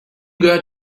gehört